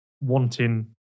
wanting